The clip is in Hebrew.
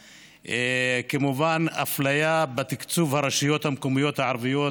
וכמובן אפליה בתקצוב הרשויות המקומיות הערביות,